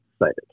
excited